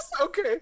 Okay